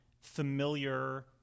familiar